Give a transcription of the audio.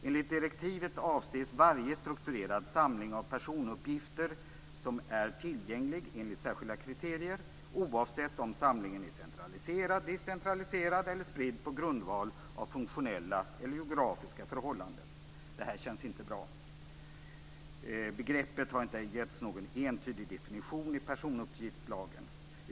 Enligt direktivet avses varje strukturerad samling av personuppgifter som är tillgänglig enligt särskilda kriterier, oavsett om samlingen är centraliserad, decentraliserad eller spridd på grundval av funktionella eller geografiska förhållanden. Det här känns inte bra. Begreppet har inte getts någon entydig definition i personuppgiftslagen.